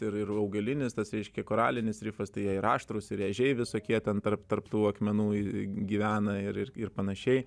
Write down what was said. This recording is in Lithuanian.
ir ir augalinis tas reiškia koralinis rifas tai jie ir aštrūs ir ežiai visokie ten tarp tarp tų akmenų gyvena ir ir panašiai